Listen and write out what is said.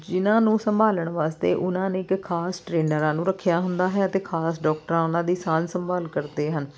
ਜਿਨ੍ਹਾਂ ਨੂੰ ਸੰਭਾਲਣ ਵਾਸਤੇ ਉਹਨਾਂ ਨੇ ਇੱਕ ਖਾਸ ਟਰੇਨਰਾਂ ਨੂੰ ਰੱਖਿਆ ਹੁੰਦਾ ਹੈ ਅਤੇ ਖਾਸ ਡਾਕਟਰਾਂ ਉਹਨਾਂ ਦੀ ਸਾਂਭ ਸੰਭਾਲ ਕਰਦੇ ਹਨ